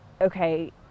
okay